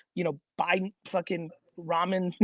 you know buying fucking ramen